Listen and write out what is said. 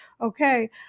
Okay